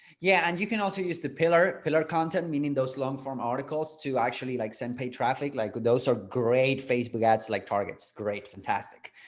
yeah. and you can also use the pillar pillar content meaning those long form articles to actually like send pay traffic like those are great facebook ads like targets great, fantastic.